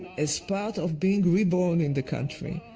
it's part of being reborn in the country.